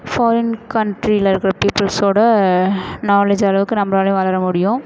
foreign கண்ட்ரியில் இருக்கிற பீப்புள்ஸோடு நாலேஜ் அளவுக்கு நம்பளாலையும் வளர முடியும்